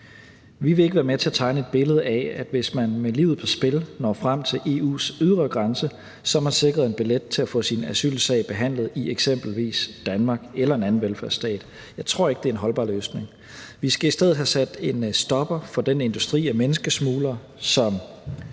Vi vil ikke være med til at tegne et billede af, at hvis man sætter livet på spil og når frem til EU's ydre grænse, er man sikret en billet til at få sin asylsag behandlet i eksempelvis Danmark eller en anden velfærdsstat. Jeg tror ikke, det er en holdbar løsning. Vi skal i stedet have sat en stopper for den industri af menneskesmuglere, som